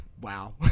Wow